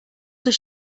does